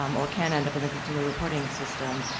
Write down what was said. um or can end up in the consumer reporting system.